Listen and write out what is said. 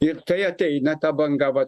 ir tai ateina ta banga va